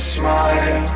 smile